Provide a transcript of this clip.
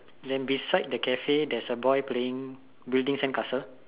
then beside the Cafe there's a boy playing building sandcastle